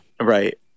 Right